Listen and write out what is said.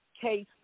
case